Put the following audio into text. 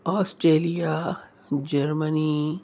Australia Germany